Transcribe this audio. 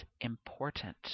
important